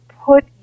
put